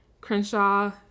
Crenshaw